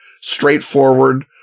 straightforward